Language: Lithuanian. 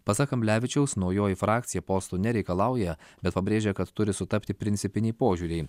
pasak kamblevičiaus naujoji frakcija postų nereikalauja bet pabrėžė kad turi sutapti principiniai požiūriai